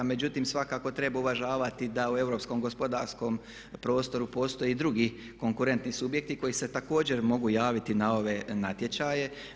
Međutim, svakako treba uvažavati da u europskom gospodarskom prostoru postoje i drugi konkurentni subjekti koji se također mogu javiti na ove natječaje.